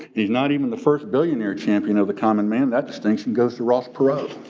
he's not even the first billionaire champion of the common man. that distinction goes to ross perot.